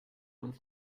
uns